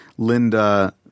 Linda